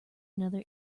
another